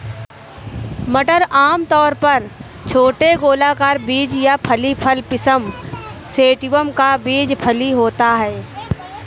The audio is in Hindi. मटर आमतौर पर छोटे गोलाकार बीज या फली फल पिसम सैटिवम का बीज फली होता है